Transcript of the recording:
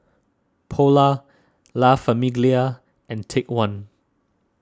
Polar La Famiglia and Take one